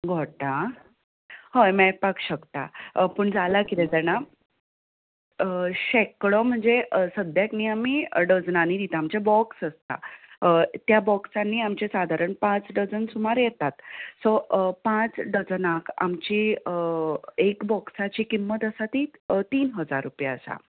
घोटां हय मेळपाक शकता पूण जालां किदें जाणां शेकडो म्हणजे सद्याक न्हय आमी डजनानी दिता आमचे बोक्स आसता त्या बोक्सान न्हय सादारण आमचे पांच डजन सुमार येतात सो पांच डजनाक आमची एक बोक्साची किंमत आसा ती तीन हजार रुपया आसा